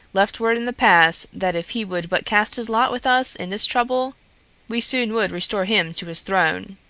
left word in the pass that if he would but cast his lot with us in this trouble we soon would restore him to his throne,